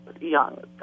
young